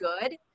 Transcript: good